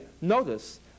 notice